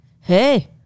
hey